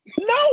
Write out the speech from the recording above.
No